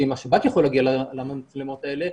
שאם השב"כ יכול להגיע למצלמות האלה,